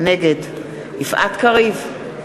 נגד יפעת קריב,